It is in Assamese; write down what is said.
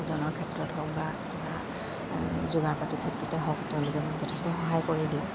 ওজনৰ ক্ষেত্ৰত হওক বা কিবা যোগাৰ পাতিৰ ক্ষেত্ৰতে হওক তেওঁলোকে মোক যথেষ্ট সহায় কৰি দিয়ে